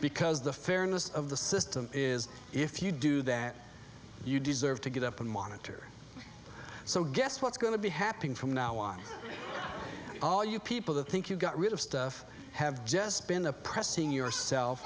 because the fairness of the system is if you do that you deserve to get up and monitor so guess what's going to be happening from now on all you people that think you got rid of stuff have just been oppressing yourself